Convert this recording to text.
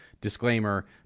disclaimer